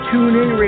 TuneIn